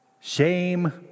shame